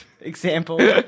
example